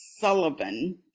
Sullivan